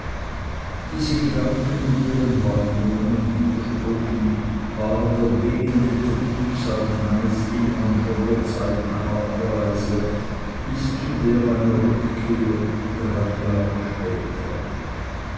diese gedanken mit ihren wandlungen und widersprüchen waren der wehende triebsand meines innern von der zeit meiner abreise bis zu der meiner rückkehr drei jahre später